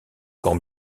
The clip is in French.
quand